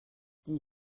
die